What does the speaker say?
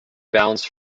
balanced